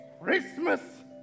Christmas